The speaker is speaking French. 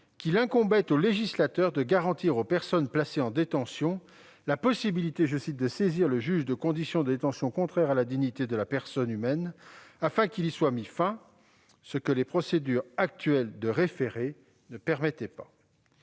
qu'il incombait « au législateur de garantir aux personnes placées en détention la possibilité de saisir le juge de conditions de détention contraires à la dignité de la personne humaine, afin qu'il y soit mis fin », ce que les procédures actuelles de référé ne permettaient pas.